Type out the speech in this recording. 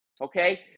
okay